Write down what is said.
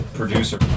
producer